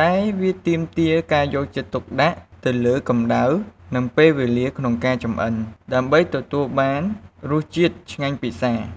តែវាទាមទារការយកចិត្តទុកដាក់ទៅលើកម្តៅ និងពេលវេលាក្នុងការចម្អិន ដើម្បីទទួលបានរសជាតិឆ្ងាញ់ពិសារ។